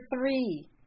three